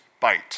bite